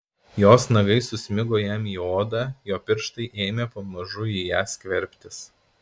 jos nagai susmigo jam į odą jo pirštai ėmė pamažu į ją skverbtis